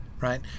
Right